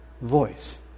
voice